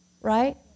right